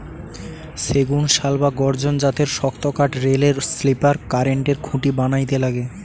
সেগুন, শাল বা গর্জন জাতের শক্তকাঠ রেলের স্লিপার, কারেন্টের খুঁটি বানাইতে লাগে